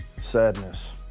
Sadness